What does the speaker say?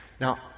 Now